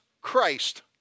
Christ